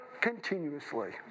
continuously